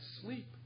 sleep